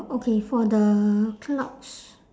okay for the clouds